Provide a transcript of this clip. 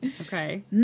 Okay